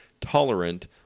Tolerant